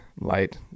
light